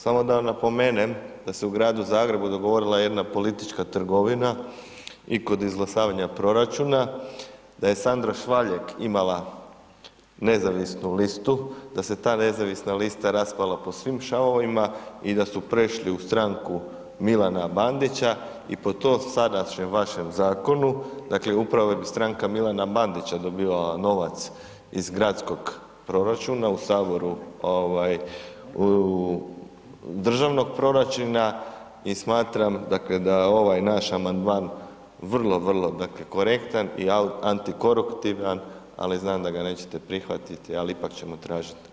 Samo da napomenem da se u gradu Zagrebu dogovorila jedna politička trgovina i kod izglasavanja proračuna, da je Sandra Švaljeg imala nezavisnu listu, da se ta nezavisna lista raspala po svim šavovima i da su prešli u stranku Milana Bandića i po tom sadašnjem vašem zakonu, dakle upravo bi stranka Milana Bandića dobivala novac iz gradskog proračuna, u Saboru državnog proračuna i smatram dakle da je ovaj naš amandman korektan i antikoruptivan ali znam da ga nećete prihvatiti ali ipak ćemo tražiti glasovanje.